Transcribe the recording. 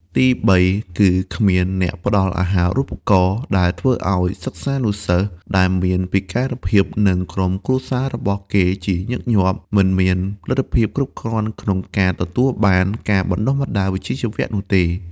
ទីបី គឺគ្មានអ្នកផ្តល់អាហារូបករណ៍ ដែលធ្វើឲ្យសិស្សានុសិស្សដែលមានពិការភាពនិងក្រុមគ្រួសាររបស់ពួកគេជាញឹកញាប់មិនមានលទ្ធភាពគ្រប់គ្រាន់ក្នុងការទទួលបានការបណ្តុះបណ្តាលវិជ្ជាជីវៈនោះទេ។